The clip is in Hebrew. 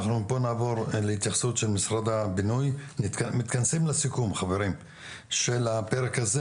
אנחנו נעבור להתייחסות של משרד הבינוי ונתכנס לסיכום של הפרק הזה.